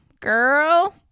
girl